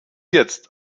jetzt